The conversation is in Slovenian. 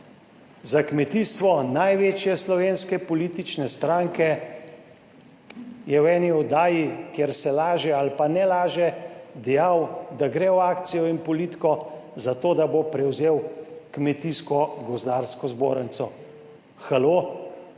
za kmetijstvo največje slovenske politične stranke je v eni oddaji, kjer se laže ali pa ne laže, dejal, da gre v akcijo in politiko za to, da bo prevzel Kmetijsko gozdarsko zbornico. Halo!